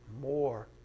more